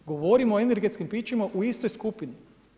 Govorimo o energetskim pićima u istoj skupini.